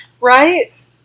Right